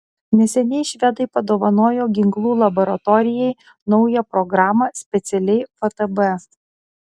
neseniai švedai padovanojo ginklų laboratorijai naują programą specialiai ftb